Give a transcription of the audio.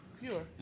pure